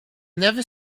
never